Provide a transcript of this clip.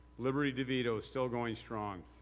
liberty devito is still going strong.